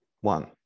one